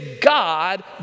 God